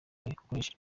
uwakoresheje